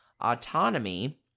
autonomy